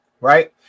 right